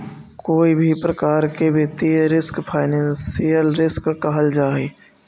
कोई भी प्रकार के वित्तीय रिस्क फाइनेंशियल रिस्क कहल जा हई